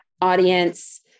audience